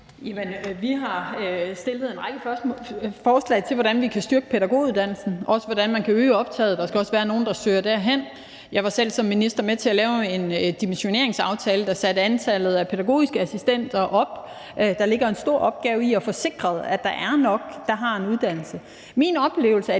Vi har fremsat en række forslag til, hvordan vi kan styrke pædagoguddannelsen, også hvordan man kan øge optaget, der skal også være nogen, der søger derhen. Jeg var selv som minister med til at lave en dimensioneringsaftale, der satte antallet af pædagogiske assistenter op. Der ligger en stor opgave i at få sikret, at der er nok, der har en uddannelse.